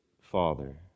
father